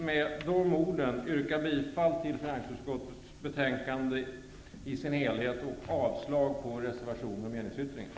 Med de orden yrkar jag bifall till hemställan i finansutskottets betänkande och avslag på reservationerna och meningsyttringen.